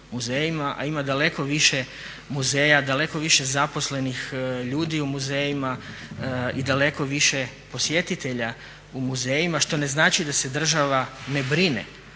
a ima daleko više muzeja, daleko više zaposlenih ljudi u muzejima i daleko više posjetitelja u muzejima što ne znači da se država ne brine